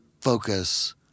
focus